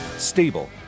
Stable